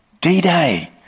D-Day